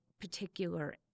particular